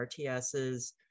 RTSs